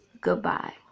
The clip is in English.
goodbye